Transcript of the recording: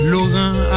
Laurent